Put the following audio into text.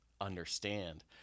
understand